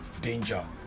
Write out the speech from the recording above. danger